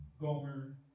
Gomer